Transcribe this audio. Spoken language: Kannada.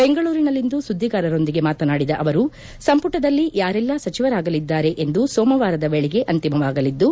ಬೆಂಗಳೂರಿನಲ್ಲಿಂದು ಸುದ್ದಿಗಾರರೊಂದಿಗೆ ಮಾತನಾಡಿದ ಅವರು ಸಂಪುಟದಲ್ಲಿ ಯಾರೆಲ್ಲ ಸಚಿವರಾಗಲಿದ್ದಾರೆ ಎಂದು ಸೋಮವಾರದ ವೇಳೆಗೆ ಅಂತಿಮವಾಗಲಿದ್ದು